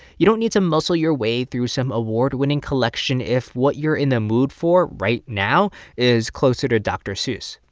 you don't need to muscle your way through some award-winning collection if what you're in the mood for right now is closer to dr. seuss.